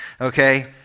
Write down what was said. okay